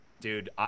dude